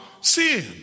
sin